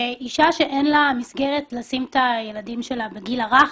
אישה שאין לה מסגרת לשים את הילדים שלה בגיל הרך,